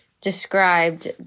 described